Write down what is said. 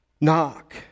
Knock